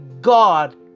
God